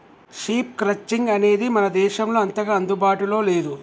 sheep crutching అనేది మన దేశంలో అంతగా అందుబాటులో లేదు